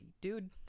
dude